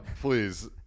please